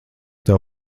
tev